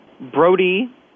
Brody